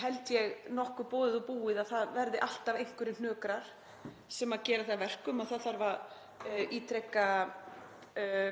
held ég, nokkuð einboðið að það verði alltaf einhverjir hnökrar sem gera það að verkum að það þarf að ítreka